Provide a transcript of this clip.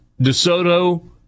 DeSoto